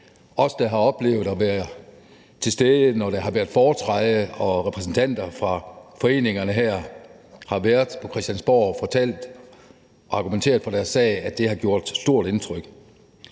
os, der har oplevet at være til stede, når der har været foretræde for udvalget, og når repræsentanter fra foreningerne har været på Christiansborg og har fortalt om og argumenteret for deres sag. Derfor mener